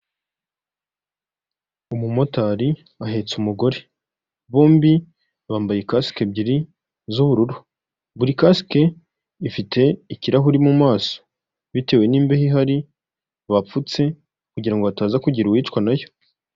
Umumotari ahetse umugore bombi bambaye kasike ebyiri z'ubururu buri kasike ifite ikirahuri mu maso bitewe n'imbeho ihari abapfutse kugirango ngo bataza kugira uwicwa nayo.